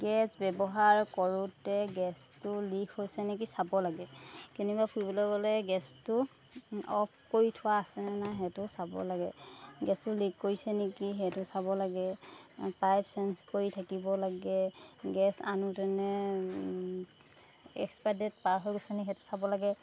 gas ব্যৱহাৰ কৰোঁতে গেছটো লিক হৈছে নেকি চাব লাগে কেনিবা ফুৰিবলৈ গ'লে গেছটো অ'ফ কৰি থোৱা আছেনে নাই সেইটো চাব লাগে গেছটো লিক কৰিছে নেকি সেইটো চাব লাগে পাইপ চেঞ্জ কৰি থাকিব লাগে গেছ আনোতেনে এক্সপাইৰী ডে'ট পাৰ হৈ গৈছে নেকি সেইটো চাব লাগে